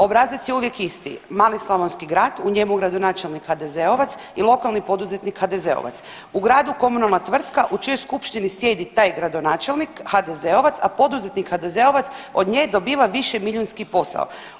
Obrazac je uvijek, mali slavonski grad u njemu gradonačelnik HDZ-ovac i lokalni poduzetnik HDZ-ovac, u gradu komunalna tvrtka u čijom skupštini sjedi taj gradonačelnik HDZ-ovac, a poduzetnik HDZ-ovac od nje dobiva višemilijunski posao.